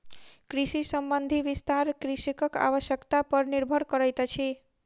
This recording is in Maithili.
कृषि संबंधी विस्तार कृषकक आवश्यता पर निर्भर करैतअछि